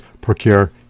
procure